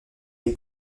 est